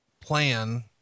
plan